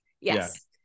Yes